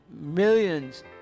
millions